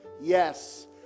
yes